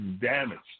damaged